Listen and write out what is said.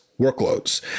workloads